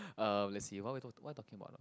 uh let's see what are we talk what we talking about